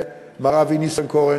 מר אבי ניסנקורן,